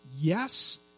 yes